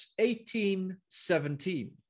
1817